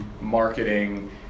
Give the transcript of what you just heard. marketing